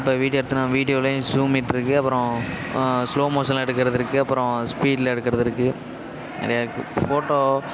எப்போ வீடியோ எடுத்தனா வீடியோலயும் ஜூமிட் இருக்குது அப்புறம் ஸ்லோமோஷனில் எடுக்கிறது இருக்குது அப்புறம் ஸ்பீடில் எடுக்கிறது இருக்குது நிறைய இருக்குது ஃபோட்டோ